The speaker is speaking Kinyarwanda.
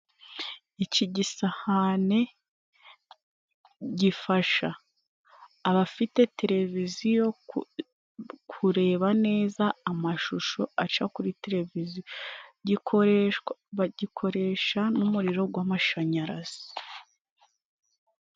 Iki gisahane gifasha abafite televiziyo kureba neza amashusho aca kuri televiziyo, gikoresha n'umuriro gw'amashanyarazi.